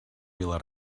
vila